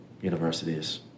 universities